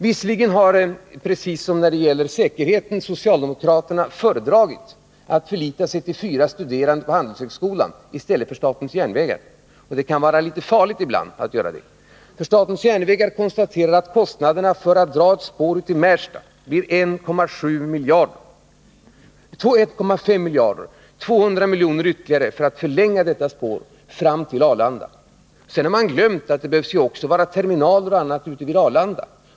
Visserligen har, precis som när det gäller säkerheten, socialdemokraterna föredragit att förlita sig till fyra studerande på Handelshögskolan i stället för på statens järnvägar. Men det kan vara litet farligt ibland att göra det. Statens järnvägar konstaterar att kostnaderna för att dra ett spår ut till Märsta blir 1,5 miljarder och 200 miljoner ytterligare för att förlänga detta spår fram till Arlanda. Sedan har man glömt att det behövs terminaler och annat ute vid Arlanda.